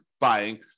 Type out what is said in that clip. buying